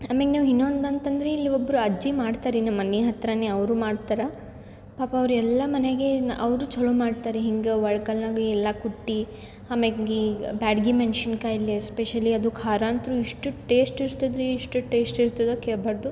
ನಮಗೆ ನಾವು ಇನ್ನೊಂದು ಅಂತಂದ್ರೆ ಇಲ್ಲಿ ಒಬ್ಬರು ಅಜ್ಜಿ ಮಾಡ್ತಾರ್ರೀ ನಮ್ಮ ಮನೆ ಹತ್ತಿರಾನೆ ಅವರು ಮಾಡ್ತಾರೆ ಪಾಪ ಅವ್ರು ಎಲ್ಲ ಮನೆಗೆ ನ ಅವರು ಛಲೋ ಮಾಡ್ತಾರೆ ಹಿಂಗೆ ಒಳ್ಕಲ್ನಾಗ ಎಲ್ಲ ಕುಟ್ಟಿ ಆಮ್ಯಾಗೆ ಬ್ಯಾಡಗಿ ಮೆಣಸಿನ್ಕಾಯಲ್ಲಿ ಎಸ್ಪೆಷಲಿ ಅದು ಖಾರ ಅಂತೂ ಇಷ್ಟು ಟೇಶ್ಟ್ ಇರ್ತದ್ರಿ ಇಷ್ಟು ಟೇಶ್ಟ್ ಇರ್ತದೆ ಕೇಳ್ಭಾಡ್ದು